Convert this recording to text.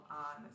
on